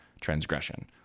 transgression